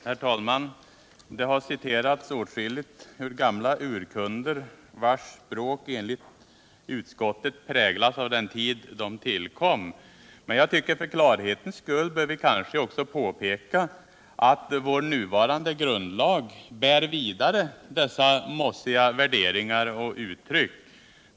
Herr talman! Det har citerats åtskilligt ur gamla urkunder, vilkas språk enligt utskottet präglas av den tid, under vilken de tillkom. Men för klarhetens skull bör vi kanske också påpeka att vår nuvarande grundlag bär dessa mossiga värderingar och uttryck vidare.